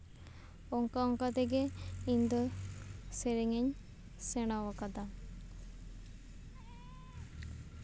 ᱚᱱᱠᱟᱼᱚᱱᱠᱟ ᱛᱮᱜᱮ ᱤᱧ ᱫᱚ ᱥᱚᱨᱚᱧᱤᱧ ᱥᱮᱬᱟᱣᱟᱠᱟᱫᱟ